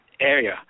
area